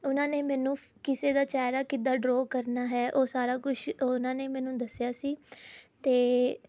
ਉਹਨਾਂ ਨੇ ਮੈਨੂੰ ਕਿਸੇ ਦਾ ਚਿਹਰਾ ਕਿੱਦਾਂ ਡਰੋ ਕਰਨਾ ਹੈ ਉਹ ਸਾਰਾ ਕੁਝ ਉਹਨਾਂ ਨੇ ਮੈਨੂੰ ਦੱਸਿਆ ਸੀ ਅਤੇ